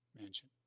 mansion